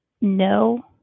no